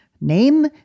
name